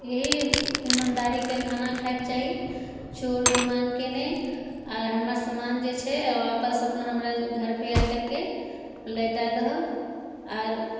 यही ईमानदारी के खाना खाइक चाही चोर बेइमानके नहि आओर हमर सामान जे छै अऽ वापस हमरा घरपर आ करके लौटा दहो आरो